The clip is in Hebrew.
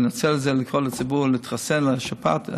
אני מנצל את זה לקרוא לציבור להתחסן נגד שפעת.